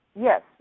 yes